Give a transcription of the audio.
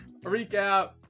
recap